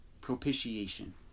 Propitiation